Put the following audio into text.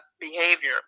behavior